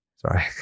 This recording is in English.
Sorry